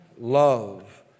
love